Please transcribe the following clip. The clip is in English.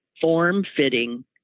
form-fitting